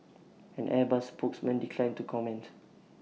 an airbus spokesman declined to comment